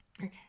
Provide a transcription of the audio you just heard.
Okay